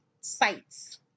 sites